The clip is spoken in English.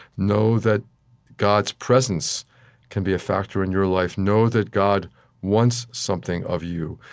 know that god's presence can be a factor in your life. know that god wants something of you.